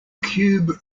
cube